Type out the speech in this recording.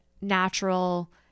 natural